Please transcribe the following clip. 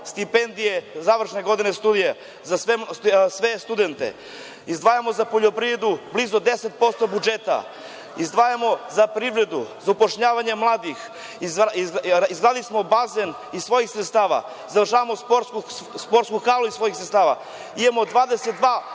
stipendije završne godine studija za sve studnte. Izdvajamo za poljoprivredu blizu 10% budžeta, izdvajamo za privredu, za zapošljavanje mladih, izgradili smo bazen iz svojih sredstava, završavamo sportsku halu iz svojih sredstava, imamo 22